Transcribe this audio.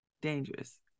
dangerous